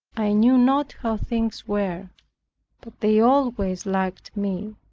i knew not how things were but they always liked me,